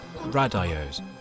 radios